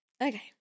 Okay